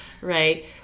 Right